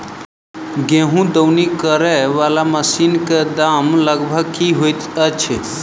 गेंहूँ दौनी करै वला मशीन कऽ दाम लगभग की होइत अछि?